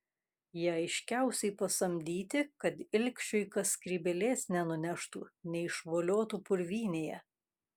jie aiškiausiai pasamdyti kad ilgšiui kas skrybėlės nenuneštų neišvoliotų purvynėje